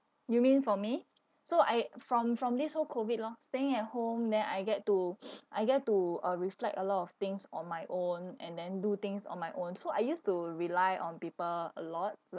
you mean for me so I from from this whole COVID lah staying at home then I get to I get to uh reflect a lot of things on my own and then do things on my own so I used to rely on people a lot